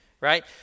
Right